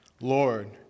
Lord